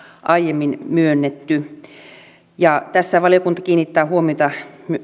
aiemmin myönnetty tässä valiokunta kiinnittää huomiota